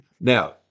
Now